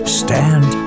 stand